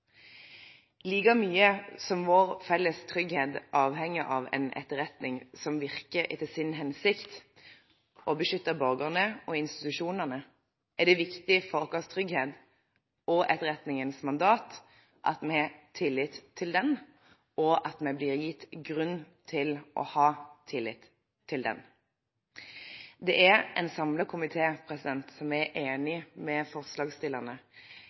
Like mye som at vår felles trygghet avhenger av en etterretning som virker etter sin hensikt om å beskytte borgerne og institusjonene, er det viktig for vår trygghet og etterretningens mandat at vi har tillit til den, og at vi blir gitt grunn til å ha tillit til den. Det er en samlet komité som er enig med forslagsstillerne